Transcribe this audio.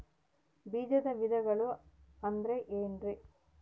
ಬೇಜದ ವಿಧಗಳು ಅಂದ್ರೆ ಏನ್ರಿ?